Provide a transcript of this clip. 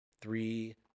three